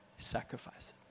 Sacrifice